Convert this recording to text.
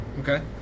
Okay